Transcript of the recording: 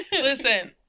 Listen